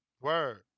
Word